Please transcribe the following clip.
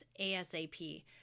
ASAP